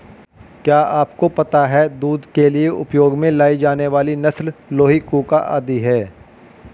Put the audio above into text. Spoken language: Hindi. क्या आपको पता है दूध के लिए उपयोग में लाई जाने वाली नस्ल लोही, कूका आदि है?